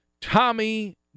Tommy